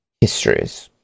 histories